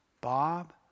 Bob